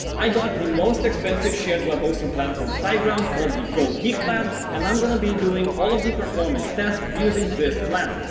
i got the most expensive shared web hosting plan from siteground called the gogeek plan and i'm gonna be doing all of the performance tests using this plan.